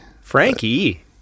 Frankie